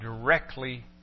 directly